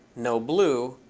no blue,